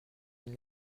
une